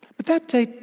but that day,